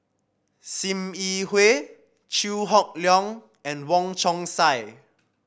Sim Yi Hui Chew Hock Leong and Wong Chong Sai